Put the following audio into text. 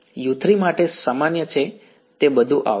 u3 માટે સામાન્ય છે તે બધું આવશે